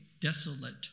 desolate